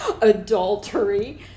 adultery